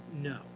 No